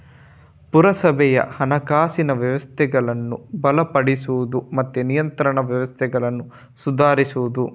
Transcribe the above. ಪುರಸಭೆಯ ಹಣಕಾಸಿನ ವ್ಯವಸ್ಥೆಗಳನ್ನ ಬಲಪಡಿಸುದು ಮತ್ತೆ ನಿಯಂತ್ರಣ ವ್ಯವಸ್ಥೆಗಳನ್ನ ಸುಧಾರಿಸುದು